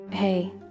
hey